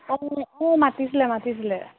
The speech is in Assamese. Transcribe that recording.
অঁ অঁ মাতিছিলে মাতিছিলে